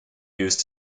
used